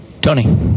Tony